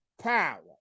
power